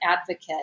advocate